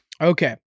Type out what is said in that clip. Okay